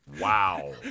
Wow